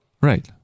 Right